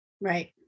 Right